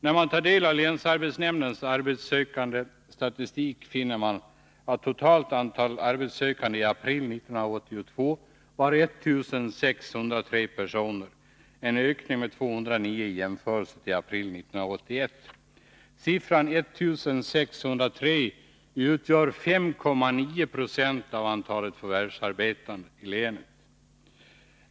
När man tar del av länsarbetsnämndens arbetssökandestatistik finner man att totala antalet arbetssökande i april 1982 var 1603 personer, en ökning med 209 i jämförelse med april 1981. Siffran 1603 utgör 5,9 26 av antalet förvärvsarbetande i länet.